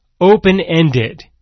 open-ended